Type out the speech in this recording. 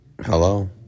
Hello